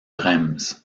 reims